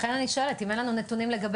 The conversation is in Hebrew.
לכן אני שואלת אם אין לנו נתונים לגבי,